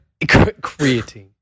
creatine